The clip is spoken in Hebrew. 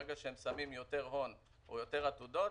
ברגע שהם שמים יותר הון או יותר עתודות,